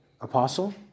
Apostle